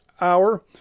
hour